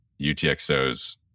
UTXOs